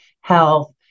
health